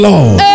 Lord